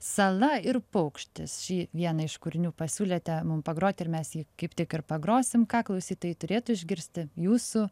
sala ir paukštis šį vieną iš kūrinių pasiūlėte mum pagrot ir mes jį kaip tik ir pagrosim ką klausytojai turėtų išgirsti jūsų